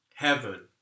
heaven